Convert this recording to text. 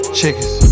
chickens